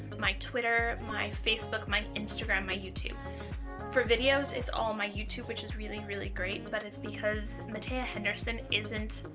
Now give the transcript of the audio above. my twitter, my facebook, my instagram, my youtube for videos, it's all my youtube, which is really really great but it's because mattea henderson isn't